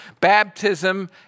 Baptism